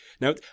Now